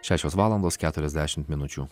šešios valandos keturiasdešimt minučių